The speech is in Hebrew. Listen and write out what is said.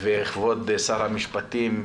וכבוד שר המשפטים,